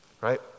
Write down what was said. right